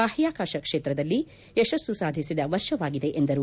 ಬಾಹ್ಯಾಕಾಶ ಕ್ಷೇತ್ರದಲ್ಲಿ ಯಶಸ್ಸು ಸಾಧಿಸಿದ ವರ್ಷವಾಗಿದೆ ಎಂದರು